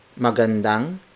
Magandang